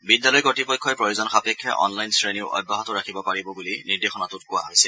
বিদ্যালয় কৰ্ত্পক্ষই প্ৰয়োজনসাপেক্ষে অনলাইন শ্ৰেণীও অব্যাহত ৰাখিব পাৰিব বুলি নিৰ্দেশনাটোত কোৱা হৈছে